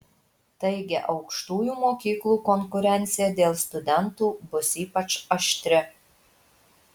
taigi aukštųjų mokyklų konkurencija dėl studentų bus ypač aštri